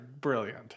brilliant